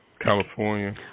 California